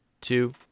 two